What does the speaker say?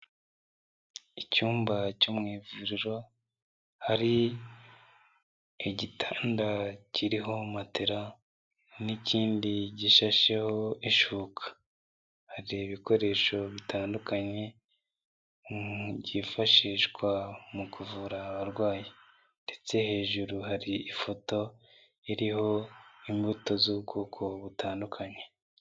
Icyumba cyo mu ivuriro hari igitanda kiriho matela n'ikindi gishasheho ishuka hari ibikoresho bitandukanye byifashishwa mu kuvura abarwayi ndetse hejuru hari ifoto iriho imbuto z'ubwoko butandukanye.